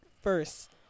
first